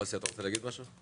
מוסי, אתה רוצה להגיד משהו?